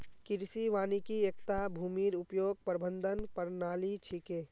कृषि वानिकी एकता भूमिर उपयोग प्रबंधन प्रणाली छिके